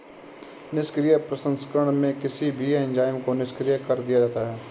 निष्क्रिय प्रसंस्करण में किसी भी एंजाइम को निष्क्रिय कर दिया जाता है